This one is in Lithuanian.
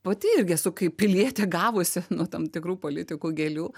pati irgi esu kaip pilietė gavusi nuo tam tikrų politikų gėlių